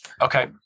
Okay